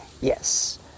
Yes